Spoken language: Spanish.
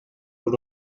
por